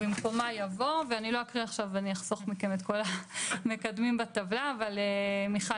לא אקרא עכשיו את כל המקדמים בטבלה אבל מיכל